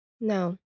No